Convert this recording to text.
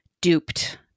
duped